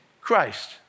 Christ